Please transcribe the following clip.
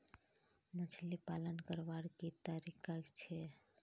मछली पालन करवार की तरीका छे?